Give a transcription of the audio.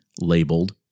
labeled